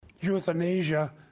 euthanasia